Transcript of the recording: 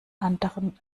anderen